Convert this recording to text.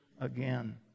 again